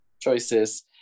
Choices